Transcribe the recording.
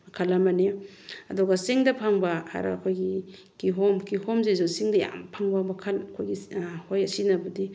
ꯃꯈꯜ ꯑꯃꯅꯤ ꯑꯗꯨꯒ ꯆꯤꯡꯗ ꯐꯪꯕ ꯍꯥꯏꯔꯒ ꯑꯩꯈꯣꯏꯒꯤ ꯀꯤꯍꯣꯝ ꯀꯤꯍꯣꯝꯁꯤꯁꯨ ꯆꯤꯡꯗ ꯌꯥꯝ ꯐꯪꯕ ꯃꯈꯜ ꯑꯩꯈꯣꯏꯒꯤ ꯍꯣꯏ ꯁꯤꯅꯕꯨꯗꯤ